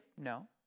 No